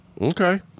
Okay